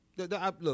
Look